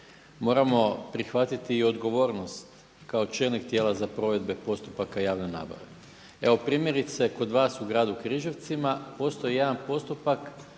moramo prihvatiti i odgovornost kao čelnik tijela za provedbe postupaka javne nabave. Evo primjerice kod vas u gradu Križevcima postoji jedan postupak